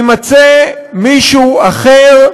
יימצא מישהו אחר,